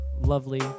lovely